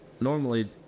normally